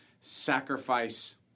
sacrifice